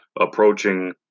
approaching